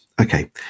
Okay